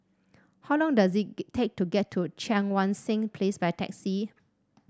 how long does it get take to get to Cheang Wan Seng Place by taxi